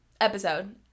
episode